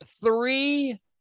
three